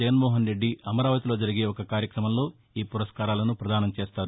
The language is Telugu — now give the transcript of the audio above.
జగన్మోహన్ రెడ్డి అమరావతిలో జరిగే ఒక కార్యక్రమంలో ఈ పురస్కారాలను ప్రదానం చేస్తారు